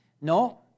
No